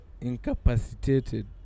incapacitated